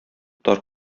тар